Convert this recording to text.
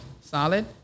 solid